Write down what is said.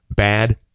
Bad